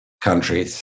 countries